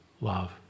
love